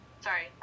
Sorry